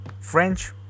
French